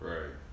Right